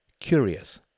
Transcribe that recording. curious